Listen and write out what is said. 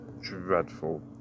dreadful